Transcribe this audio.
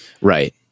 Right